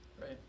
right